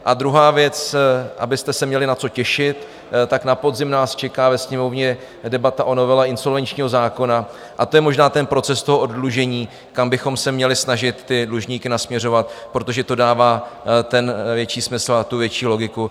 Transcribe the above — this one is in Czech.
A druhá věc, abyste se měli na co těšit: na podzim nás čeká ve Sněmovně debata o novele insolvenčního zákona a to je možná ten proces oddlužení, kam bychom se měli snažit dlužníky nasměrovat, protože to dává větší smysl a větší logiku.